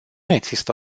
există